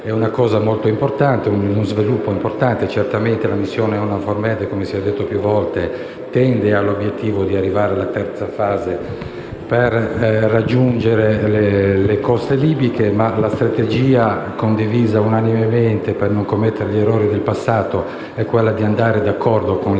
costiera e ciò rappresenta uno sviluppo importante. Certamente la missione EUNAVFOR MED - come si è detto più volte - tende all'obiettivo di arrivare alla terza fase per raggiungere le coste libiche, ma la strategia condivisa unanimemente, per non commettere gli errori del passato, è soprattutto di andare d'accordo con la